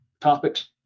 topics